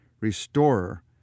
restorer